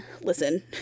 Listen